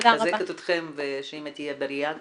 מחזקת אתכם ושאמא תהיה בריאה כמובן.